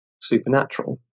supernatural